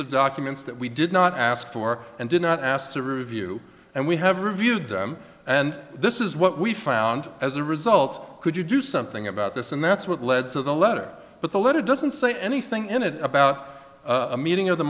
of documents that we did not ask for and did not asked to review and we have reviewed them and this is what we found as a result could you do something about this and that's what led to the letter but the letter doesn't say anything in it about a meeting of the